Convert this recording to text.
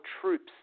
troops